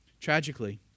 Tragically